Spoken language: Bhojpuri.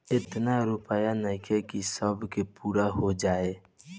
एतना रूपया नइखे कि सब के पूरा हो जाओ